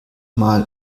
mal